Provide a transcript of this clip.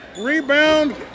Rebound